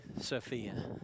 Sophia